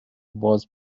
was